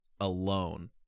alone